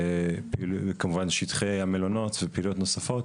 וכמובן שטחי המלונות ופעילויות נוספות,